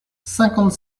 cinquante